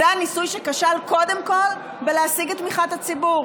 זה הניסוי שכשל קודם כול בלהשיג את תמיכת הציבור.